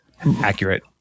accurate